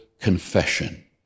confession